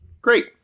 Great